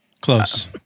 Close